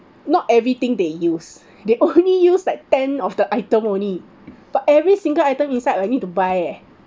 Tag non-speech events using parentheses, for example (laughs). not everything they use (laughs) they only use like ten of the item only but every single item inside I need to buy leh